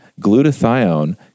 glutathione